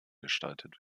gestaltet